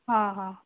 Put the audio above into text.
हां हां